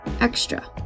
extra